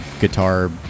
guitar